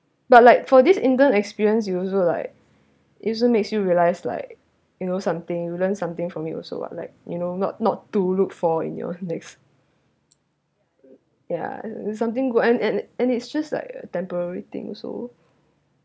but like for this england experience you also like it also makes you realised like you know something you learn something from it also what like you know not not to look for in your next ya something good and and and it's just like a temporary thing also